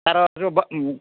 ତାର ଯେଉଁ